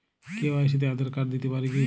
KYC তে Aadhaar card দিতে পারি কি?